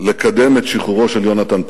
לקדם את שחרורו של יונתן פולארד.